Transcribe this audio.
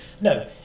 No